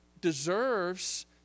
deserves